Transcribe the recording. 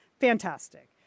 fantastic